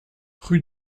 rue